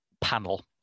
panel